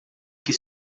que